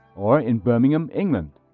or in birmingham, england.